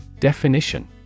Definition